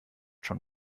schon